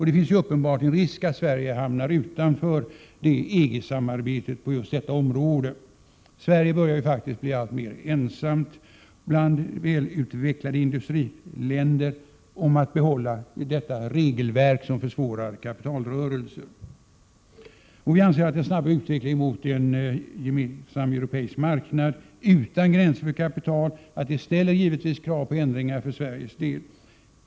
Det finns en uppenbar risk att Sverige kommer att hamna utanför EG-samarbetet på just detta område. Sverige börjar faktiskt bli alltmer ensamt bland välutvecklade industriländer om att behålla ett regelverk som försvårar kapitalrörelser. Vi anser att den snabba utvecklingen mot en gemensam europeisk marknad utan gränser för kapital givetvis ställer krav på ändringar för Sveriges del.